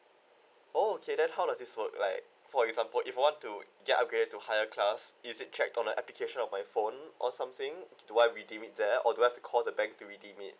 oh okay then how does this work like for example if I want to get upgrade to higher class is it check on the application on my phone or something do I redeem it there or do I have to call the bank to redeem it